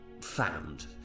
found